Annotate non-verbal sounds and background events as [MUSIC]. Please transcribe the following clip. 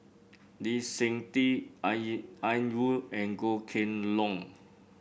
Lee Seng Tee [UNINTELLIGIBLE] Ian Woo and Goh Kheng Long